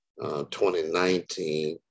2019